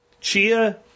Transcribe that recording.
Chia